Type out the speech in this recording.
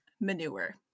manure